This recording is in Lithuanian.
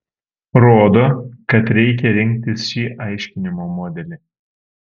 rodo kad reikia rinktis šį aiškinimo modelį